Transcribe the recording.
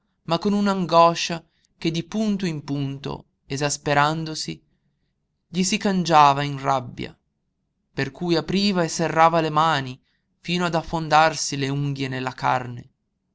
ma con un'angoscia che di punto in punto esasperandosi gli si cangiava in rabbia per cui apriva e serrava le mani fino ad affondarsi le unghie nella carne